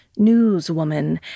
newswoman